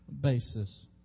basis